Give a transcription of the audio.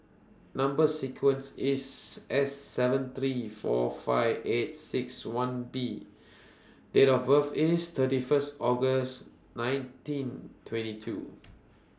Number sequence IS S seven three four five eight six one B Date of birth IS thirty First August nineteen twenty two